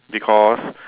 because